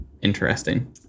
Interesting